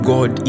God